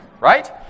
right